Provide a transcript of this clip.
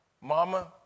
Mama